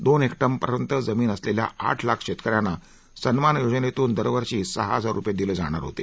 दोन हेक्टरपर्यंत जमीन असलेल्या आठ लाख शेतकऱ्यांना सन्मान योजनेतून दरवर्षी सहा हजार रुपये दिले जाणार होते